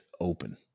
open